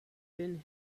been